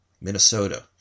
Minnesota